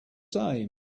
same